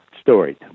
story